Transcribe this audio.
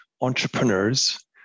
entrepreneurs